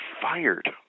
fired